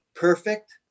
perfect